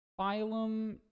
phylum